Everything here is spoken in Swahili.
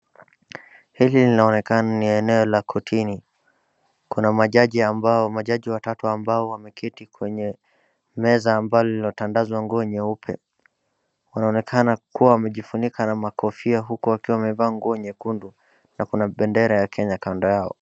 Hili linaonekana ni eneo la kotini. Kuna majaji watatu ambao wameketi kwenye meza ambalo lililotandazwa nguo nyeupe. Wanaonekana kuwa wamejifunika na makofia huku wakiwa wamevaa nguo nyekundu na kuna bendera ya Kenya kando yao.